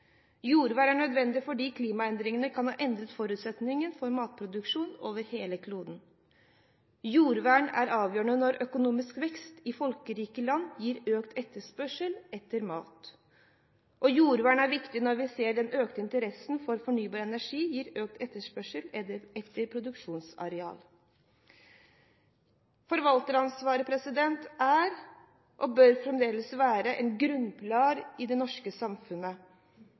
Jordvern er nødvendig fordi klimaforandringene kan endre forutsetningene for matproduksjon over hele kloden. Jordvern er avgjørende når økonomisk vekst i folkerike land gir økt etterspørsel etter mat. Og jordvern er viktig når vi ser at den økte interessen for fornybar energi gir økt etterspørsel etter produksjonsarealer. Forvalteransvaret er, og bør fremdeles være, en grunnpilar i det norske samfunnet